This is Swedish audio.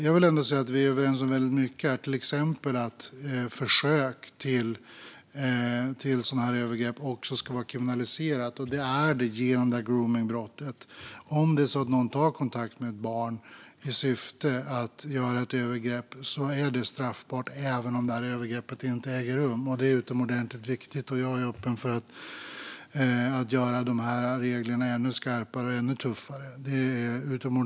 Vi är ändå överens om väldigt mycket, till exempel att försök till sådana här övergrepp också ska vara kriminaliserat, vilket är fallet genom gromningsbrottet. Om någon tar kontakt med ett barn i syfte att begå ett övergrepp är detta straffbart även om övergreppet inte äger rum. Detta är utomordentligt viktigt, och jag är öppen för att göra dessa regler ännu skarpare och tuffare.